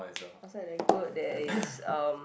outside the goat there is um